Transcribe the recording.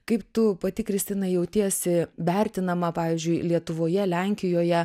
kaip tu pati kristina jautiesi vertinama pavyzdžiui lietuvoje lenkijoje